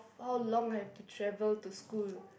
how long I have to travel to school